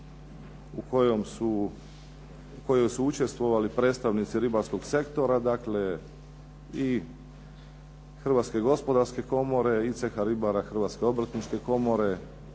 u kojoj su učestvovali predstavnici ribarskog sektora, dakle i hrvatske gospodarske komore i ceha ribara Hrvatske obrtničke komore,